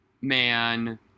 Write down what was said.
man